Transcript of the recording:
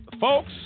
folks